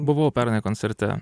buvau pernai koncerte